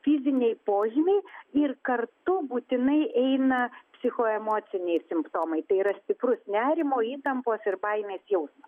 fiziniai požymiai ir kartu būtinai eina psichoemociniai simptomai tai yra stiprus nerimo įtampos ir baimės jausmas